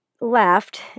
left